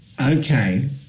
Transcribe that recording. Okay